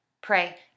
pray